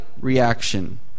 reaction